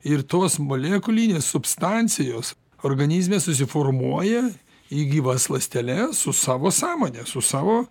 ir tos molekulinės substancijos organizme susiformuoja į gyvas ląsteles su savo sąmone su savo